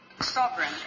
Sovereign